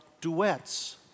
duets